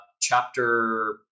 chapter